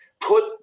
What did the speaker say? put